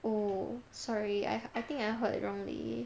oh sorry I I think I heard wrongly